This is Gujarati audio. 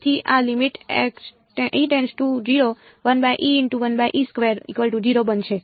તેથી આ બનશે